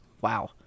wow